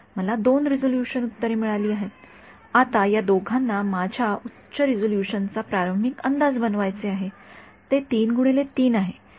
मला दोन रिझोल्यूशनउत्तरे मिळाले आहेत आता या दोघांना माझ्या उच्च रिझोल्यूशनचा प्रारंभिक अंदाज बनवायचा आहे ते आहे त्यानंतर मला काय करावे लागेल